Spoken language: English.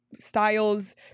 styles